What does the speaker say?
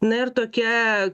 na ir tokia